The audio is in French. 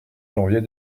janvier